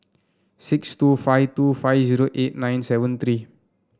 six two five two five zero eight nine seven three